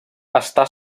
està